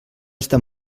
estar